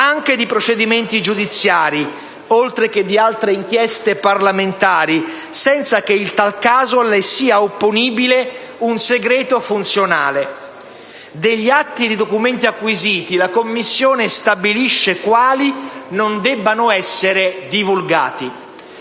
anche di procedimenti giudiziari (oltre che di altre inchieste parlamentari, senza che in tal caso le sia opponibile un segreto funzionale). Degli atti e documenti acquisiti la Commissione stabilisce quali non debbano essere divulgati.